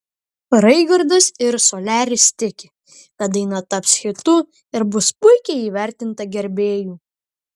raigardas ir soliaris tiki kad daina taps hitu ir bus puikiai įvertinta gerbėjų